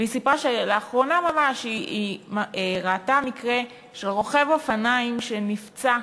והיא סיפרה שלאחרונה ממש היא ראתה מקרה של רוכב אופניים שנפצע,